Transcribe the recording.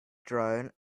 drone